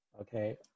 Okay